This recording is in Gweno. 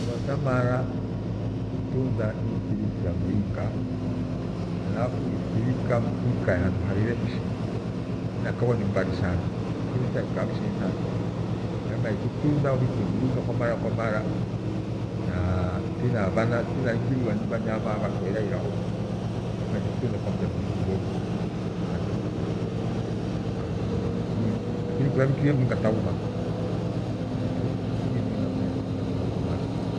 Mboshe thamara nitifunza ibhikia mringa halafu itirika tiikae handu haghire mshe thinakabhwa ni mbari thana, lakini thianiksi msheni sana, kwarima ithutunzza ubhikie mrinja mara kwa mara na thinaighiwa ni bhanyama bhakyaira ovyoovyo kwaima ithituunza kwa muda mrefu kidogo mpaka thifikie ilighwa, lakini kurabhikirie minja thauma. Henaiko uninamna yefutha mbigha tha mara.